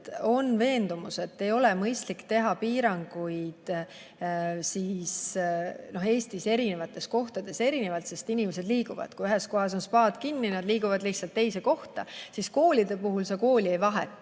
on veendumus, et ei ole mõistlik teha piiranguid Eestis eri kohtades erinevalt. Inimesed liiguvad. Kui ühes kohas on spaad kinni, siis nad liiguvad lihtsalt teise kohta. Aga koolide puhul sa kooli ei vaheta.